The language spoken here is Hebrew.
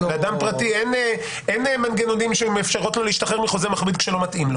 לאדם פרטי אין מנגנונים שמאפשרים לו להשתחרר מחוזה מכביד כשזה לא מתאים,